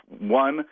One